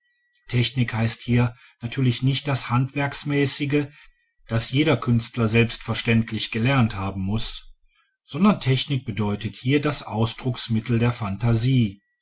technik heißt hier natürlich nicht das handwerksmäßige das jeder künstler selbstverständlich gelernt haben muß sondern technik bedeutet hier das ausdrucksmittel der phantasie